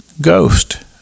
Ghost